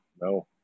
no